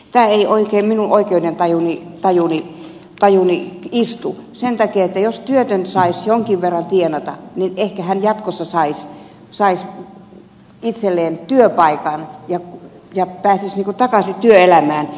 tämä ei oikein minun oikeudentajuuni istu sen takia että jos työtön saisi jonkin verran tienata niin ehkä hän jatkossa saisi itselleen työpaikan ja pääsisi takaisin työelämään